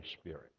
Spirit